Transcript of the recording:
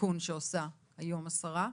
בתיקון שעושה היום השרה,